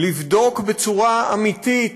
לבדוק בצורה אמיתית,